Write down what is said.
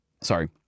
Sorry